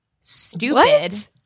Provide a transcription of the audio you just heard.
Stupid